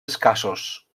escassos